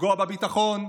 לפגוע בביטחון,